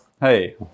Hey